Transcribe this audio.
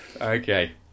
Okay